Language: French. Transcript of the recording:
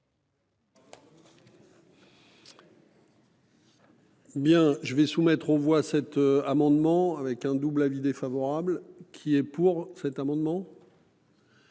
Bien je vais soumettre aux voix cet amendement avec un double avis défavorable qui est pour cet amendement.